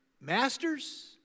masters